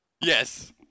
Yes